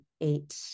eight